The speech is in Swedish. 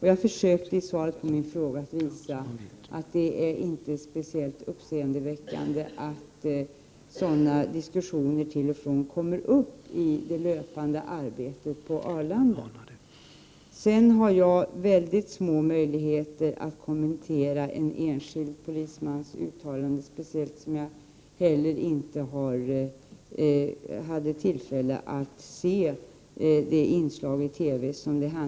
Jag försökte i svaret på frågan att visa att det inte är speciellt uppseendeväckande att sådana diskussioner från och till kommer upp i det löpande arbetet på Arlanda. Jag har mycket små möjligheter att kommentera en enskild polismans uttalande, särskilt med hänsyn till att jag inte hade tillfälle att se inslaget på TV.